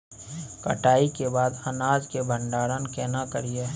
कटाई के बाद अनाज के भंडारण केना करियै?